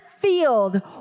field